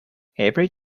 every